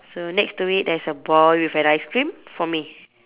so next to it there's a ball with an ice cream for me